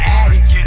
addict